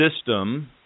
system